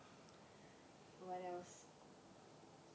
what else